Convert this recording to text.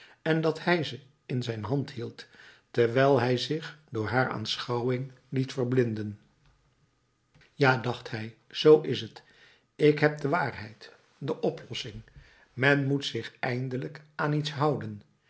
en dat hij ze in zijn hand hield terwijl hij zich door haar aanschouwing liet verblinden ja dacht hij zoo is het ik heb de waarheid de oplossing men moet zich eindelijk aan iets houden